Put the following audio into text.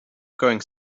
going